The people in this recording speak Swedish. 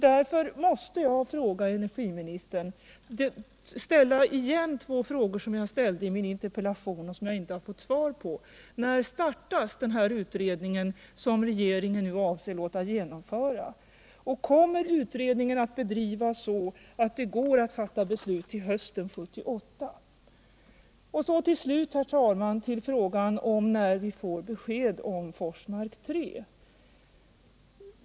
Därför måste jag återigen till energiministern ställa två frågor, som jag ställde i min interpellation men som jag inte fått svar på: När startas den utredning som regeringen nu avser att låta genomföra? Kommer den att bedrivas så att det går att fatta beslut till hösten 1978? Till slut, herr talman, kommer jag till frågan om när vi får besked om Forsmark 3.